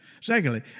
Secondly